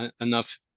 enough